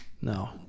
No